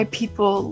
people